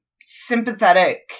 sympathetic